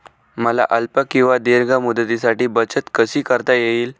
मला अल्प किंवा दीर्घ मुदतीसाठी बचत कशी करता येईल?